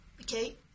okay